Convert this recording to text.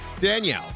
Danielle